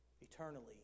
Eternally